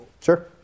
Sure